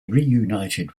reunited